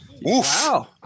Wow